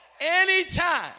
Anytime